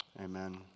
Amen